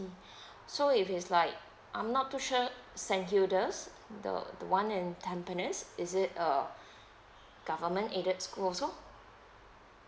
so if it's like I'm not too sure saint hilda's the the one in tampines is it uh government aided school also